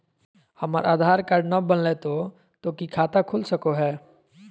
हमर आधार कार्ड न बनलै तो तो की खाता खुल सको है?